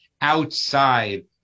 outside